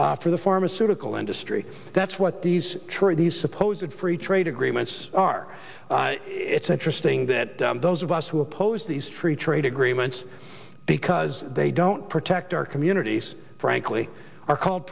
for the pharmaceutical industry that's what these trade these supposed free trade agreements are it's interesting that those of us who oppose these tree trade agreements because they don't protect our communities frankly are called